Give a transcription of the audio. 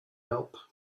help